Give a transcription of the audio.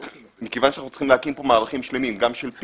מכיוון שאנחנו צריכים להקים פה מערכים של פיקוח,